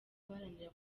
guharanira